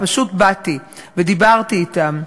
פשוט באתי ודיברתי אתם.